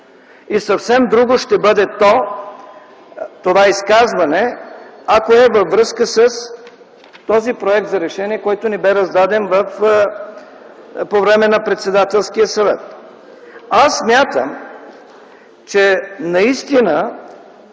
и съвсем друго ще бъде това изказване, ако е във връзка с този проект за решение, който ни бе раздаден по време на Председателския съвет. Аз смятам, че наистина